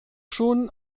schon